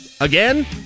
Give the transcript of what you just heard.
again